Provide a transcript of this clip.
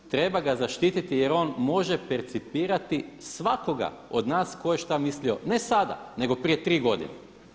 Treba ga zaštititi jer on može percipirati svakoga od nas tko je šta mislio, ne sada, nego prije tri godine.